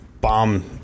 bomb